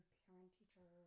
parent-teacher